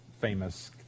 famous